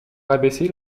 rabaissé